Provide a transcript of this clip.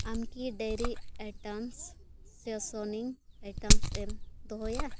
ᱟᱢ ᱠᱤ dairy items ᱥᱮ ᱥᱤᱡᱤᱱᱤᱝ ᱟᱭᱴᱮᱢᱥ ᱮᱢ ᱫᱚᱦᱚᱭᱟ